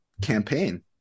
campaign